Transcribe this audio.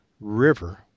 River